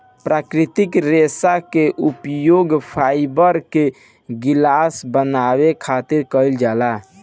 प्राकृतिक रेशा के उपयोग फाइबर के गिलास बनावे खातिर कईल जाला